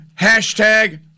hashtag